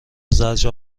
زجر